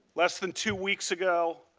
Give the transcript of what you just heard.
less than two weeks ago.